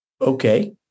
Okay